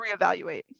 reevaluate